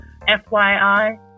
FYI